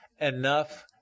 enough